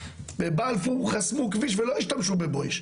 בבלפור חסמו כביש ולא השתמשו ב"בואש",